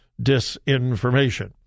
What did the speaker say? disinformation